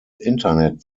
internet